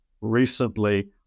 recently